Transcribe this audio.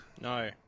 No